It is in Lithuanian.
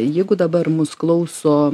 jeigu dabar mus klauso